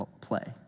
play